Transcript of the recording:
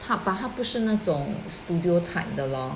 它 but 它不是那种 studio type 的 lor